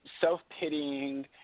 self-pitying